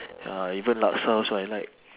ya even laksa also I like